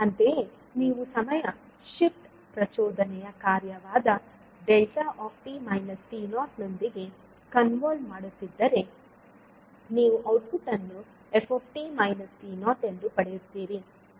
ಅಂತೆಯೇ ನೀವು ಸಮಯ ಶಿಫ್ಟ್ ಪ್ರಚೋದನೆಯ ಕಾರ್ಯವಾದ δ ನೊಂದಿಗೆ ಕನ್ವಾಲ್ವ್ ಮಾಡುತ್ತಿದ್ದರೆ ನೀವು ಔಟ್ಪುಟ್ ಅನ್ನು f ಎಂದು ಪಡೆಯುತ್ತೀರಿ